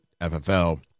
FFL